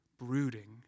brooding